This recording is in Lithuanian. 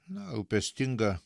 na rūpestingą